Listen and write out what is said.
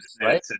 right